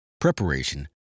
preparation